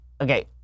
Okay